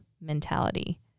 mentality